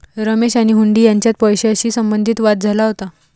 रमेश आणि हुंडी यांच्यात पैशाशी संबंधित वाद झाला होता